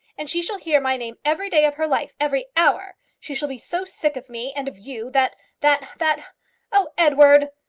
and she shall hear my name every day of her life every hour. she shall be so sick of me and of you, that that that oh, edouard!